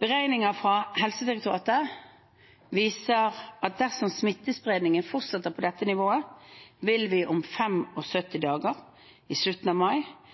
Beregninger fra Helsedirektoratet viser at dersom smittespredningen fortsetter på dette nivået, vil vi om 75 dager, i slutten av mai,